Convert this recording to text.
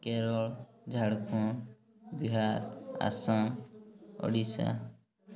Kerala Jharkhand Bihar Assam Odisha